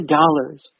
dollars